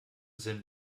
sind